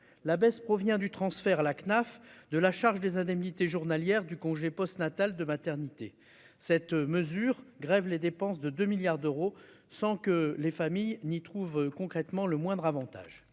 la baisse provient du transfert, la CNAF de la charge des indemnités journalières du congé post-natal de maternité cette mesure grève les dépenses de 2 milliards d'euros, sans que les familles n'y trouve concrètement le moindre Avantage